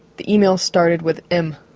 the email started with m.